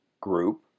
group